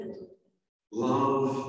Love